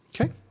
Okay